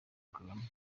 kagame